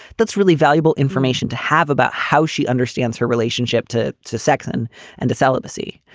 that's really valuable information to have about how she understands her relationship to to sex and and to celibacy.